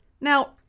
Now